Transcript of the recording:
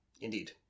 Indeed